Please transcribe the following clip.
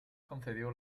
concedió